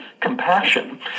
compassion